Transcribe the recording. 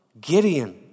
Gideon